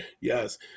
Yes